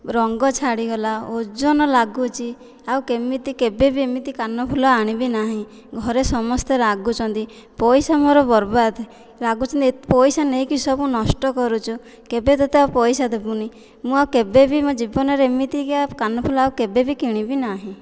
ରଙ୍ଗ ଛାଡିଗଲା ଓଜନ ଲାଗୁଛି ଆଉ କେମିତି କେବେ ବି ଏମିତି କାନଫୁଲ ଆଣିବି ନାହିଁ ଘରେ ସମସ୍ତେ ରାଗୁଛନ୍ତି ପଇସା ମୋର ବର୍ବାଦ ରାଗୁଛନ୍ତି ଏତେ ପଇସା ନେଇକି ସବୁ ନଷ୍ଟ କରୁଛୁ କେବେ ତୋତେ ଆଉ ପଇସା ଦେବୁନି ମୁଁ ଆଉ କେବେ ବି ମୋ ଜୀବନରେ ଏମିତିକା କାନଫୁଲ ଆଉ କେବେ ବି କିଣିବି ନାହିଁ